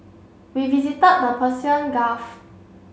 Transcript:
we visited the Persian Gulf